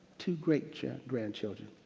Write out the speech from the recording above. two great yeah ah grandchildren.